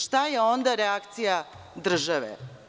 Šta je onda reakcija države?